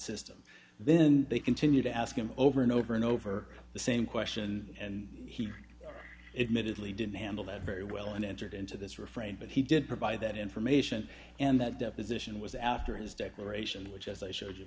system then they continue to ask him over and over and over the same question and he admitted lee didn't handle that very well and entered into this refrain but he did provide that information and that deposition was after his declaration which as i showed you